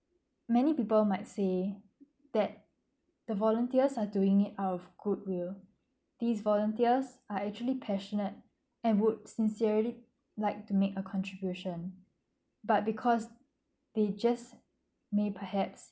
many people might say that the volunteers are doing it out of good will these volunteers are actually passionate and would sincerely like to make a contribution but because they just may perhaps